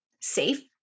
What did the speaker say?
Safe